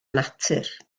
natur